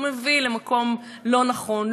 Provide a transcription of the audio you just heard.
הוא מביא למקום לא נכון,